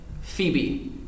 phoebe